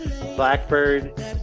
Blackbird